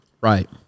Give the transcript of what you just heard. Right